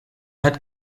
had